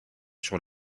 sur